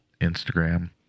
Instagram